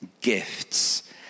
gifts